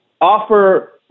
offer